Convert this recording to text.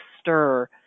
stir